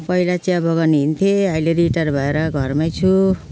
पहिला चियाबगान हिँड्थेँ अहिले रिटायर भएर घरमै छु